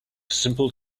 simple